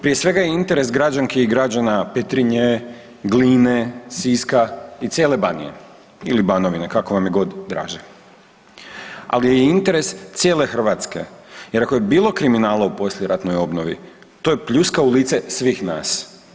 Prije svega je interes građanki i građana Petrinje, Gline, Siska i cijele Banije ili Banovine kako vam je god draže, ali je i interes cijele Hrvatske jer ako je bilo kriminala u poslijeratnoj obnovi to je pljuska u lice svih nas.